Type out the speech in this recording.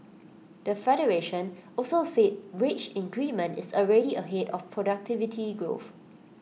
the federation also said wage increment is already ahead of productivity growth